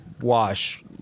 wash